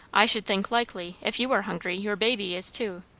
i should think likely, if you are hungry, your baby is too.